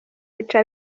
bica